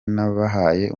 nabahaye